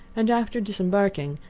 and after disembarking,